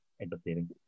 entertaining